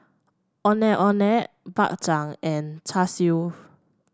Ondeh Ondeh Bak Chang and Char Siu